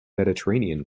mediterranean